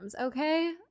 Okay